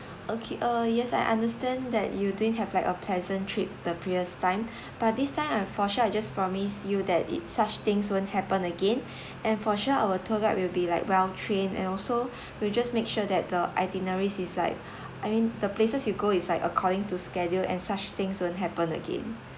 okay uh yes I understand that you didn't have like a pleasant trip the previous time but this time I for sure I will just promise you that it such things won't happen again and for sure our tour guide will be like well trained and also we just make sure that the itineraries is like I mean the places you go is like according to schedule and such things won't happen again